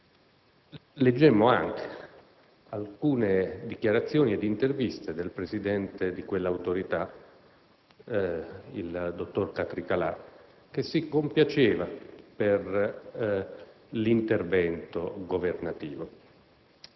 Leggemmo anche alcune dichiarazioni ed interviste del presidente di quell'autorità, il dottor Catricalà, che si compiaceva per l'intervento governativo.